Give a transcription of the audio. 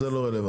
זה לא רלוונטי.